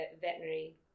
veterinary